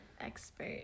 expert